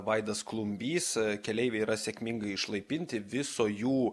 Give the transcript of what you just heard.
vaidas klumbys keleiviai yra sėkmingai išlaipinti viso jų